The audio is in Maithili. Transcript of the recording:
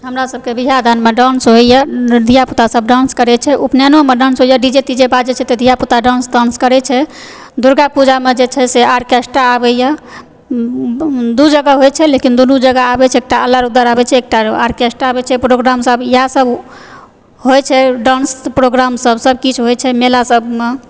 हमरा सबके बिआह दानमे डान्स होइए धिया पुतासभ डान्स करैत छै उपनयनोमे डान्स होइए डी जे तीजे बाजय छै तऽ धिया पुता डान्स तांस करय छै दुर्गापूजामे जे छै से आर्केस्ट्रा आबयए दू जगह होइ छै लेकिन दुनू जगह आबैत छै एकटा आल्हा रुदल आबय छै एकटा आर्केस्ट्रा आबैत छै प्रोग्रामसभ इएहसभ होइत छै डान्स प्रोग्रामसभ किछु होइत छै मेलासभमे